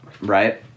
right